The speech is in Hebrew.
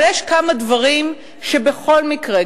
אבל יש כמה דברים שבכל מקרה,